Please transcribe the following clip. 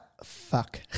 Fuck